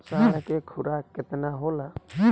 साढ़ के खुराक केतना होला?